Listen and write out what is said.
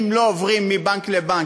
אם לא עוברים מבנק לבנק,